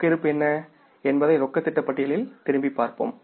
ரொக்க இருப்பு என்ன என்பதை ரொக்கத்திட்ட பட்டியலில் திரும்பிப் பார்ப்போம்